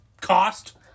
cost